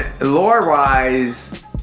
lore-wise